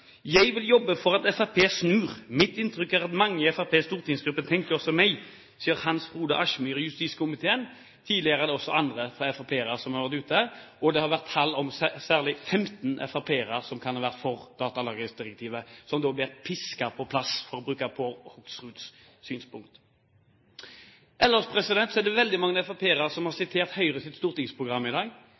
Jeg skal også være så vennlig å sitere fra et medlem av justiskomiteen som av en eller annen grunn ikke har tatt ordet i dag, men som har tatt ordet før og sagt – på en utmerket måte: «Jeg vil jobbe for at Frp snur. Mitt inntrykk er at mange i Frps stortingsgruppe tenker som meg.» Det sier Hans Frode Kielland Asmyhr i justiskomiteen. Tidligere er det også andre FrP-ere som har vært ute – det har vært tale om særlig 15 FrP-ere som kan ha vært for datalagringsdirektivet, og som